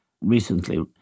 recently